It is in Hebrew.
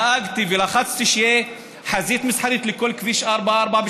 דאגתי ולחצתי שתהיה חזית מסחרית לכל כביש 44,